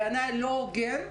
בעיניי לא הוגן,